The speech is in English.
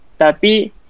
tapi